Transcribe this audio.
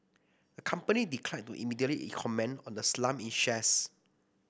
the company declined to immediately in comment on the slump in shares